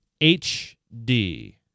HD